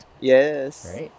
Yes